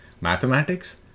mathematics